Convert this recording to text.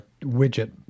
widget